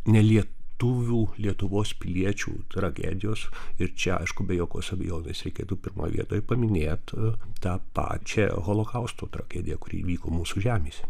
nelietuvių lietuvos piliečių tragedijos ir čia aišku be jokios abejonės reikėtų pirmoj vietoj paminėt tą pačią holokausto tragediją kuri įvyko mūsų žemėse